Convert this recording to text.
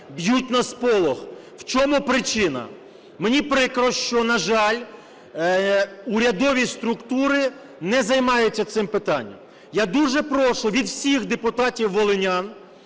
б'ють на сполох. В чому причина? Мені прикро, що, на жаль, урядові структури не займаються цим питанням. Я дуже прошу від всіх депутатів-волинян